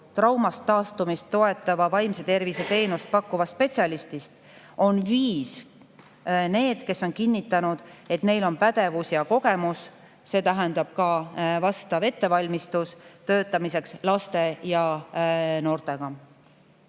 traumast taastumist toetava vaimse tervise teenust pakkuvast spetsialistist on viis need, kes on kinnitanud, et neil on pädevus ja kogemus, see tähendab ka vastav ettevalmistus töötamiseks laste ja noortega.